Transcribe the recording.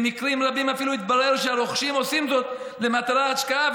במקרים רבים אפילו התברר שהרוכשים עושים זאת למטרת השקעה,